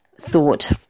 thought